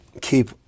keep